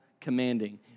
commanding